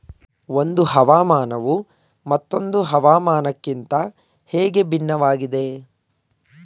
ಒಂದು ಹವಾಮಾನವು ಮತ್ತೊಂದು ಹವಾಮಾನಕಿಂತ ಹೇಗೆ ಭಿನ್ನವಾಗಿದೆ?